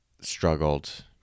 struggled